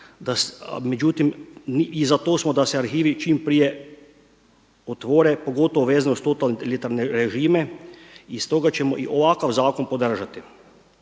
međutim za to smo da se arhivi čim prije otvore pogotovo vezano uz totalitarne režime i stoga ćemo i ovakav zakon podržati.